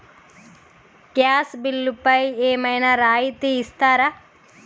Gas బిల్లుపై ఏమైనా రాయితీ ఇస్తారా?